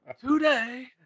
Today